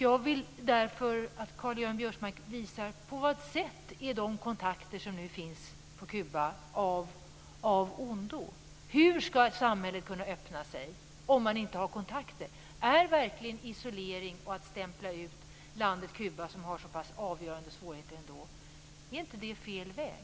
Jag vill därför att Karl-Göran Biörsmark visar på vad sätt de kontakter som nu finns med Kuba är av ondo. Hur skall ett samhälle kunna öppna sig, om det inte har kontakter? Är inte isolering och utstämpling av landet Kuba, som ändå har så pass avgörande svårigheter, fel väg?